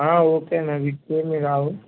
okay అన్న వీటికి ఏమి రావు